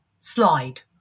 slide